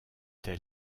tels